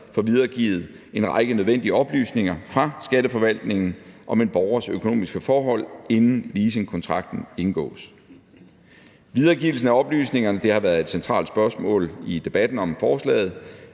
få videregivet en række nødvendige oplysninger fra Skatteforvaltningen om en borgers økonomiske forhold, inden leasingkontrakten indgås. Videregivelsen af oplysningerne har været et centralt spørgsmål i debatten om forslaget,